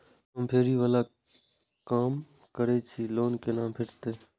हम फैरी बाला काम करै छी लोन कैना भेटते?